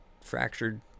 fractured